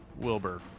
Wilbur